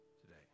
today